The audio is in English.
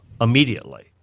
immediately